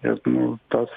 ir nu tas